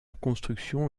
construction